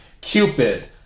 Cupid